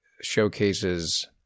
showcases